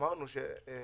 שהיתה לנו עמדה אחרת.